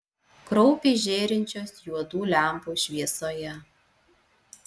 kraupiai žėrinčios juodų lempų šviesoje